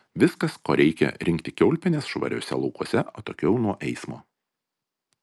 viskas ko reikia rinkti kiaulpienes švariuose laukuose atokiau nuo eismo